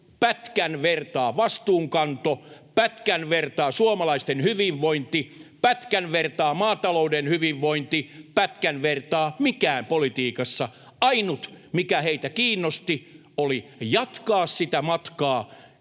pätkän vertaa vastuunkanto, pätkän vertaa suomalaisten hyvinvointi, pätkän vertaa maatalouden hyvinvointi, pätkän vertaa mikään politiikassa. Ainut, mikä heitä kiinnosti, oli jatkaa matkaa